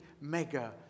mega